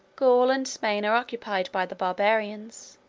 gaul and spain are occupied by the barbarians.